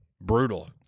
brutal